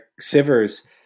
Sivers